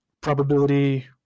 probability